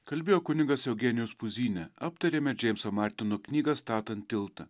kalbėjo kunigas eugenijus puzynė aptarėme džeimso martino knygą statant tiltą